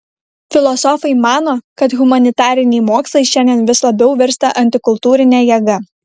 filosofai mano kad humanitariniai mokslai šiandien vis labiau virsta antikultūrine jėga